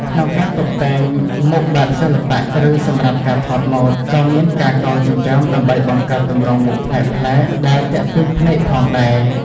ក្នុងការតុបតែងមុខបែបសិល្បៈ ឬសម្រាប់ការថតម៉ូដ ក៏មានការកោរចិញ្ចើមដើម្បីបង្កើតទម្រង់មុខប្លែកៗដែលទាក់ទាញភ្នែកផងដែរ។